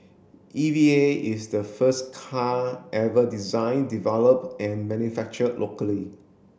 E V A is the first car ever design develop and manufactured locally